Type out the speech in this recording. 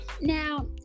now